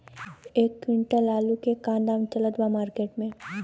एक क्विंटल आलू के का दाम चलत बा मार्केट मे?